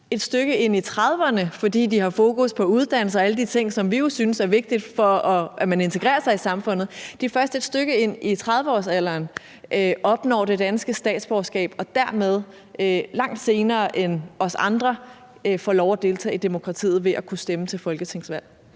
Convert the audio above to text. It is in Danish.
et stykke inde i 30-årsalderen – fordi de har fokus på uddannelse og alle de ting, som vi jo synes er vigtigt, for at man integrerer sig i samfundet – opnår det danske statsborgerskab og dermed langt senere end os andre får lov at deltage i demokratiet ved at kunne stemme til folketingsvalg?